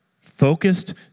Focused